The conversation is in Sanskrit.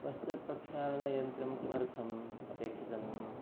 वस्त्रप्रक्षालनयन्त्रं किमर्थम् अपेक्षितम्